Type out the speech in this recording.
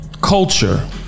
culture